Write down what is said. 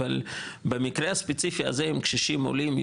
אבל במקרה הספציפי הזה עם קשישים עולים,